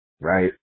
Right